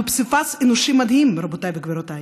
אנחנו פסיפס אנושי מדהים, רבותיי וגבירותיי.